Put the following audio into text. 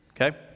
okay